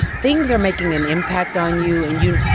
things are making an impact on you and you,